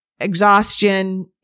exhaustion